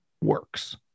works